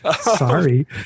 Sorry